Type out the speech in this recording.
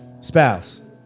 spouse